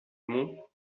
monts